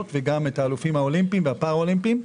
וגם את האלופים האולימפיים והפארא אולימפיים.